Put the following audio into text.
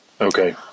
Okay